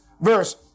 verse